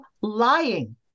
lying